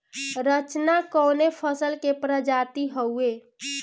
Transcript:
रचना कवने फसल के प्रजाति हयुए?